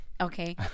Okay